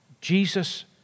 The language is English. Jesus